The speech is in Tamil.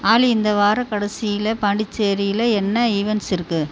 ஆலி இந்த வாரக்கடைசியில பாண்டிச்சேரியில் என்ன ஈவெண்ட்ஸ் இருக்கு